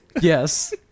Yes